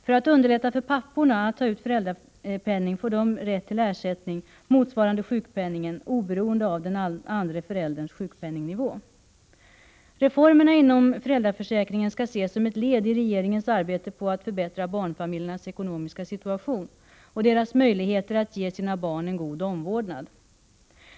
För att underlätta för papporna att ta ut föräldrapenning får de rätt till ersättning motsvarande sjukpenningen, oberoende av den andra förälderns sjukpenningnivå. Reformerna inom föräldraförsäkringen skall ses som ett led i regeringens arbete på att förbättra barnfamiljernas ekonomiska situation och deras möjligheter att ge sina barn en god omvårdnad.